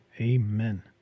Amen